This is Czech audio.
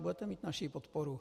Budete mít naši podporu.